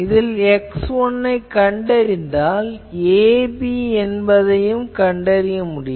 இதில் x1 கண்டறிந்தால் a b என்பதைக் காணலாம்